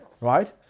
right